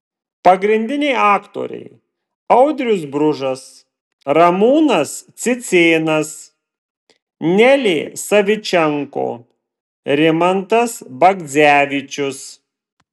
pagrindiniai aktoriai audrius bružas ramūnas cicėnas nelė savičenko rimantas bagdzevičius